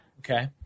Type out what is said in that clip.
okay